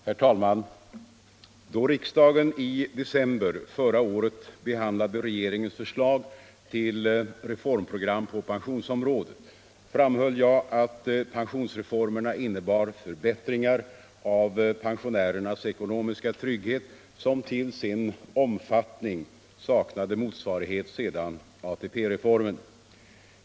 Herr talman! Då riksdagen i december förra året behandlade regeringens förslag till reformprogram på pensionsområdet framhöll jag att pensionsreformerna innebar förbättringar av pensionärernas ekonomiska trygghet som till sin omfattning saknade motsvarighet sedan ATP-reformen.